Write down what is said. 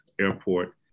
airport